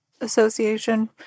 association